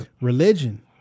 Religion